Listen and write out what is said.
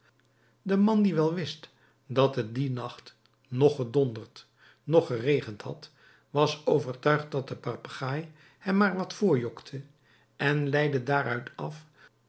de man die wel wist dat het dien nacht noch gedonderd noch geregend had was overtuigd dat de papegaai hem maar wat voorjokte en leidde daaruit af